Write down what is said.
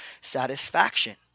satisfaction